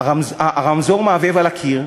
הרמזור מהבהב על הקיר,